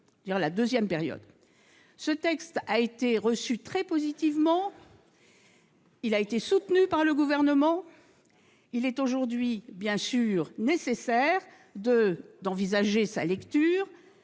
la deuxième période. Ce texte a été reçu très positivement. Il a été soutenu par le Gouvernement. Aujourd'hui, il est bien sûr nécessaire d'envisager sa lecture,